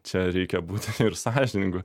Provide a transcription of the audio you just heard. čia reikia būti ir sąžiningu